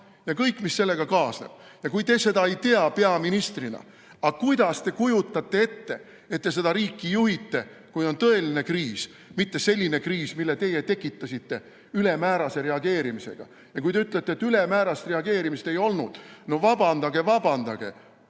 ja kõik, mis sellega kaasneb. Kui te seda peaministrina ei tea, kuidas te siis kujutate ette, et te seda riiki juhite, kui on tõeline kriis, mitte selline kriis, mille teie tekitasite ülemäärase reageerimisega? Kui te ütlete, et ülemäärast reageerimist ei olnud, siis vabandage, vabandage